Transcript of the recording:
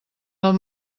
del